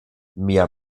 mia